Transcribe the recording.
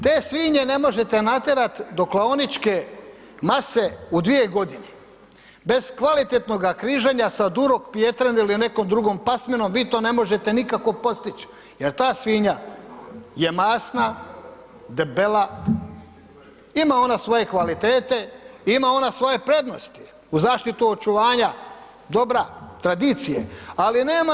Te svinje ne možete naterat do klaoničke mase u dvije godine, bez kvalitetnoga križanja sa Durok pietren ili nekom drugom pasminom, vi to ne možete nikako postić jer ta svinja je masna, debela, ima ona svoje kvalitete, ima ona svoje prednosti, u zaštitu očuvanja dobra tradicije, ali nema